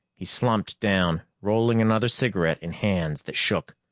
he slumped down, rolling another cigarette in hands that shook.